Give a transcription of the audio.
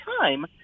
time